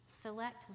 Select